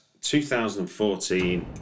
2014